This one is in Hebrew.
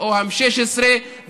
באום אל-פחם היו משהו כמו 600 מקרי